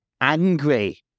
Angry